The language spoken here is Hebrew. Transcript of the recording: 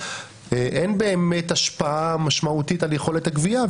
אין באמת השפעה משמעותית על יכולת הגבייה,